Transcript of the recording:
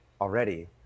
already